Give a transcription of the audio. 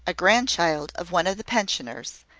a grandchild of one of the pensioners,